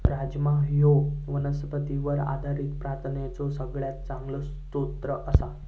राजमा ह्यो वनस्पतींवर आधारित प्रथिनांचो सगळ्यात चांगलो स्रोत आसा